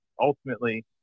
ultimately